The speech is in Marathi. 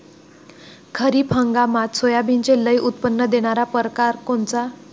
खरीप हंगामात सोयाबीनचे लई उत्पन्न देणारा परकार कोनचा?